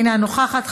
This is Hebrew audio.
אינה נוכחת,